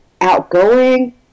outgoing